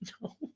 no